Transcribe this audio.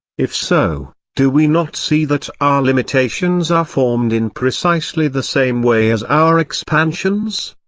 if so, do we not see that our limitations are formed in precisely the same way as our expansions?